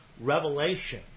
Revelation